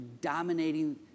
dominating